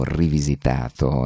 rivisitato